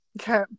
okay